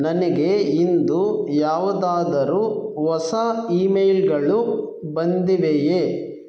ನನಗೆ ಇಂದು ಯಾವುದಾದರೂ ಹೊಸ ಇಮೇಲ್ಗಳು ಬಂದಿವೆಯೇ